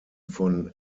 von